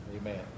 Amen